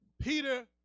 Peter